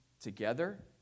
together